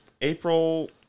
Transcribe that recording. April